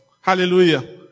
Hallelujah